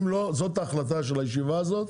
אם לא, זאת ההחלטה של הישיבה הזאת.